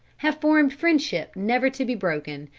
have formed friendship never to be broken,